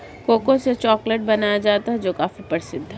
cocoa से chocolate बनाया जाता है जो काफी प्रसिद्ध है